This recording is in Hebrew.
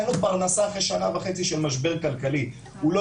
אין לו פרנסה אחרי שנה וחצי של משבר כלכלי הוא לא